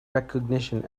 recognition